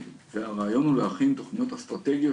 הרעיון הוא להכין תוכניות אסטרטגיות,